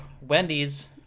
Wendy's